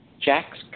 Jack's